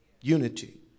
Unity